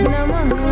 Namah